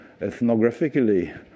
ethnographically